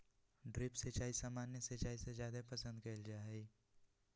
drip सिंचाई सामान्य सिंचाई से जादे पसंद कईल जा हई